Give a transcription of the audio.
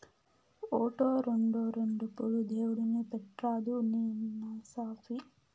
ఓటో, రోండో రెండు పూలు దేవుడిని పెట్రాదూ నీ నసాపి